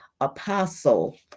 Apostle